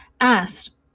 asked